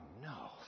no